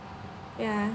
ya